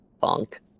Funk